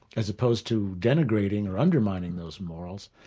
as opposed to denigrating or undermining those morals,